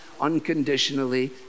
unconditionally